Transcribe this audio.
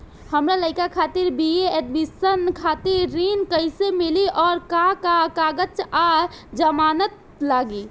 हमार लइका खातिर बी.ए एडमिशन खातिर ऋण कइसे मिली और का का कागज आ जमानत लागी?